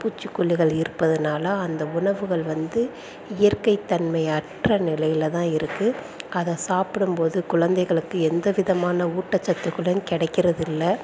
பூச்சிக்கொல்லிகள் இருப்பதனால அந்த உணவுகள் வந்து இயற்கை தன்மை அற்ற நிலையில்தான் இருக்குது அதை சாப்பிடும்போது குழந்தைகளுக்கு எந்த விதமான ஊட்டச்சத்தும் கூட கிடைக்குறது இல்லை